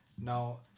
Now